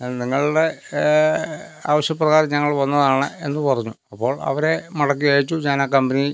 നിങ്ങളുടെ ആവശ്യപ്രകാരം ഞങ്ങൾ വന്നതാണ് എന്ന് പറഞ്ഞു അപ്പോൾ അവരെ മടക്കി അയച്ചു ഞാൻ ആ കമ്പനി